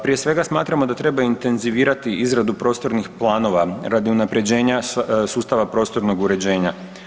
Prije svega, smatramo da treba intenzivirati izradu prostornih planova radi unaprjeđenja sustava prostornog uređenja.